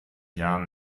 jahren